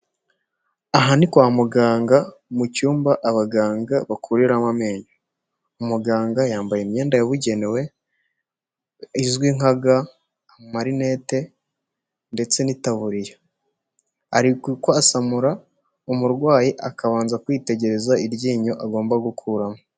Aha ni kwa muganga mu cyumba abaganga bakuriramo amenyo, umuganga yambaye imyenda yabugenewe izwi nka ga, amarinete ndetse n'itaburiya, ari kwasamura umurwayi akabanza kwitegereza iryinyo agomba gukuramo.